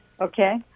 okay